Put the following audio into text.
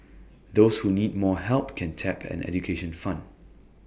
those who need more help can tap an education fund